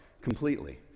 completely